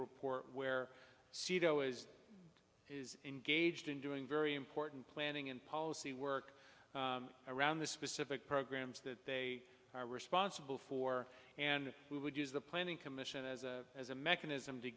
report where seato is is engaged in doing very important planning and policy work around the specific programs that they are responsible for and we would use the planning commission as a as a mechanism to